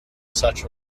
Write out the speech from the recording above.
such